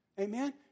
Amen